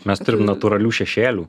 mes turim natūralių šešėlių